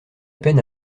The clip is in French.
peine